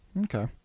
okay